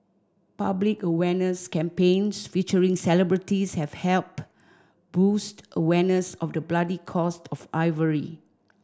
public awareness campaigns featuring celebrities have helped boost awareness of the bloody cost of ivory